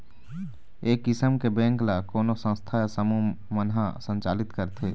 ए किसम के बेंक ल कोनो संस्था या समूह मन ह संचालित करथे